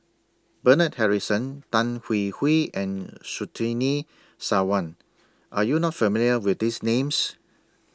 Bernard Harrison Tan Hwee Hwee and Surtini Sarwan Are YOU not familiar with These Names